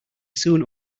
soon